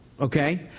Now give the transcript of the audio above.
okay